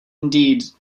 indeed